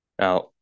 Now